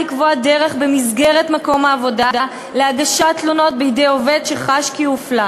לקבוע דרך במסגרת מקום העבודה להגשת תלונות בידי עובד שחש כי הופלה,